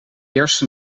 eerste